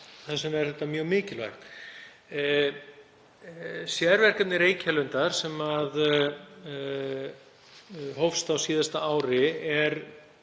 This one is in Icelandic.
Þess vegna er þetta mjög mikilvægt. Sérverkefni Reykjalundar, sem hófst á síðasta ári, er